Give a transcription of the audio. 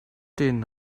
den